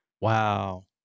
Wow